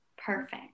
Perfect